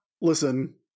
listen